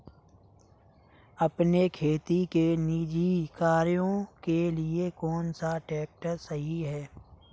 अपने खेती के निजी कार्यों के लिए कौन सा ट्रैक्टर सही है?